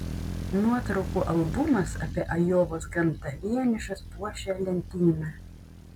nuotraukų albumas apie ajovos gamtą vienišas puošė lentyną